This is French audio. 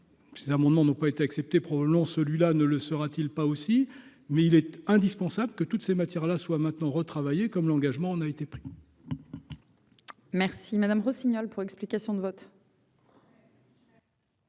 Ces amendements n'ont pas été accepté non, celui-là ne le saura-t-il pas aussi, mais il était indispensable que toutes ces matières là soient maintenant retravailler comme l'engagement, on a été pris. Merci Madame Rossignol pour explication de vote.